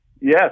yes